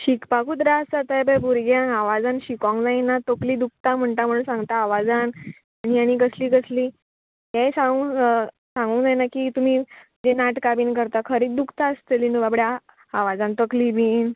शिकपाकूत त्रात जाता हेबय भुरग्यांक आवाजान शिकोंक जायना तोकली दुकता म्हणटा म्हणून सांगता आवाजान आनी आनी कसली कसली हे सांगू सांगूंक जायना की तुमी जे नाटकां बीन करता खरीत दुकता आसतली न्हू बाबड्या आवाजान तकली बीन